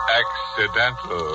accidental